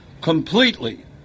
completely